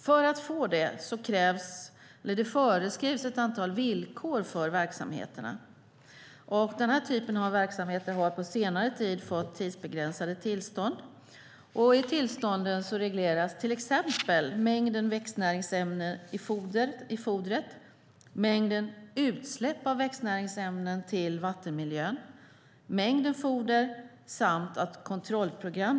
För att man ska få miljötillstånd föreskrivs ett antal villkor för verksamheten. Denna typ av verksamheter har på senare tid fått tidsbegränsade tillstånd. I tillstånden regleras till exempel mängden växtnäringsämnen i fodret, mängden utsläpp av växtnäringsämnen till vattenmiljön, mängden foder samt att det ska finnas kontrollprogram.